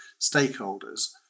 stakeholders